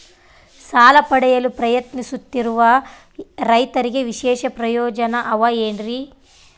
ಸಾಲ ಪಡೆಯಲು ಪ್ರಯತ್ನಿಸುತ್ತಿರುವ ರೈತರಿಗೆ ವಿಶೇಷ ಪ್ರಯೋಜನ ಅವ ಏನ್ರಿ?